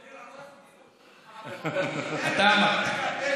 אני רמזתי לו.